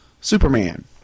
Superman